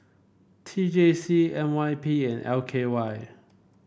T J C N Y P and L K Y